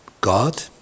God